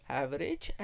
average